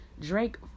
Drake